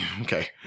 okay